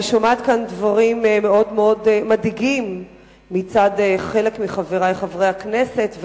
אני שומעת כאן דברים מאוד מדאיגים מצד חלק מחברי חברי הכנסת,